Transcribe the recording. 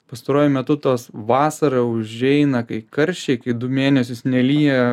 pastaruoju metu tos vasarą užeina kai karšiai kai du mėnesius nelyja